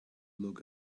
look